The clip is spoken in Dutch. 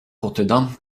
rotterdam